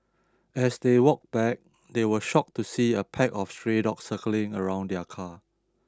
as they walked back they were shocked to see a pack of stray dogs circling around their car